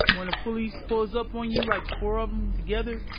when a police pulls up on you, like four of them together,